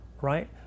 right